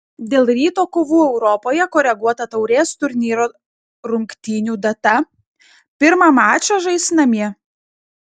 dėl ryto kovų europoje koreguota taurės turnyro rungtynių data pirmą mačą žais namie